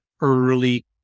early